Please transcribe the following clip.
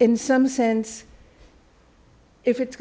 in some sense if it's